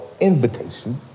invitation